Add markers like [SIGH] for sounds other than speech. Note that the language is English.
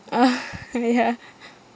ah [LAUGHS] ah ya [LAUGHS]